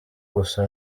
gusa